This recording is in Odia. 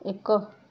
ଏକ